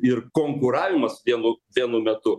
ir konkuravimas vienu vienu metu